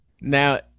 Now